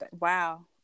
Wow